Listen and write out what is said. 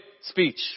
speech